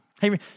hey